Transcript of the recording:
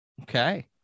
okay